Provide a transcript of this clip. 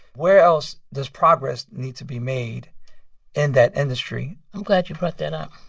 where else does progress need to be made in that industry? i'm glad you brought that up.